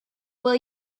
will